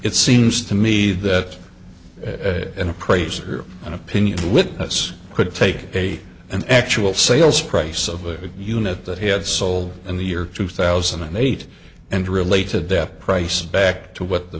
it seems to me that an appraiser an opinion witness could take a an actual sales price of a unit that he had sold in the year two thousand and eight and related that price back to what the